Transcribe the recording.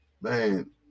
man